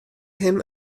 him